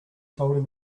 holding